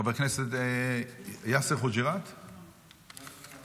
חבר הכנסת יאסר חוג'יראת, מוותר.